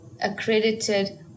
accredited